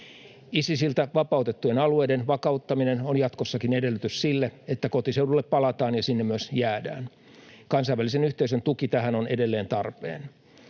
Isisiltä vapautettujen alueiden vakauttaminen on jatkossakin edellytys sille, että kotiseudulle palataan ja sinne myös jäädään. Kansainvälisen yhteisön tuki tähän on edelleen tarpeen.